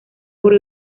por